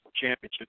championship